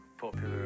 popular